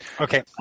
Okay